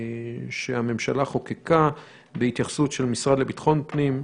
שהממשלה חוקקה בהתייחסות של המשרד לביטחון הפנים,